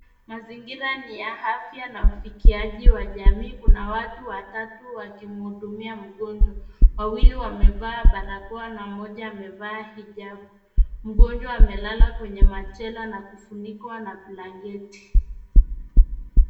Mazingira ni ya afya na ufikiaji wa jamii. Kuna watu watatu wakihudumia mgonjwa. Wawili wamevaa barakoa na mmoja amevaa hijabu. Mgonjwa amelala kwenye machela na kufunikwa na blanketi.